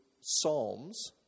Psalms